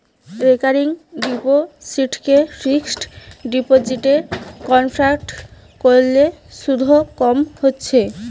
recurring ডিপোসিটকে fixed ডিপোজিটে convert কোরলে শুধ কম হচ্ছে